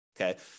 Okay